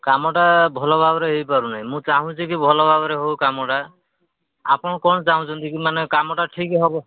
କାମଟା ଭଲ ଭାବରେ ହୋଇପାରୁ ନାହିଁ ମୁଁ ଚାହୁଁଛି କି ଭଲ ଭାବରେ ହେଉ କାମଟା ଆପଣ କ'ଣ ଚାହୁଁଛନ୍ତି କି ମାନେ କାମଟା ଠିକ ହେବ